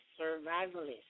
survivalist